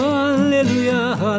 hallelujah